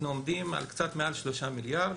אנחנו עומדים על כ-3 מיליארד.